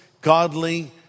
godly